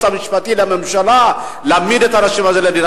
המשפטי לממשלה להעמיד את האנשים לדין.